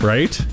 Right